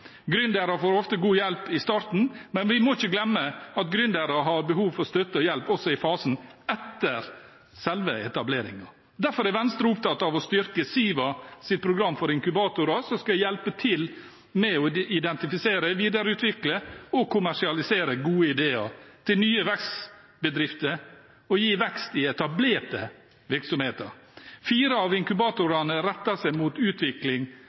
Gründere får ofte god hjelp i starten, men vi må ikke glemme at gründere har behov for støtte og hjelp også i fasen etter selve etableringen. Derfor er Venstre opptatt av å styrke SIVAs program for inkubatorer, som skal hjelpe til med å identifisere, videreutvikle og kommersialisere gode ideer til nye vekstbedrifter og gi vekst i etablerte virksomheter. Fire av inkubatorene retter seg mot utvikling